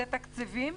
היא תקציבים.